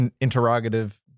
Interrogative